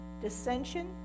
dissension